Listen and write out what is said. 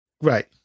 Right